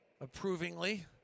approvingly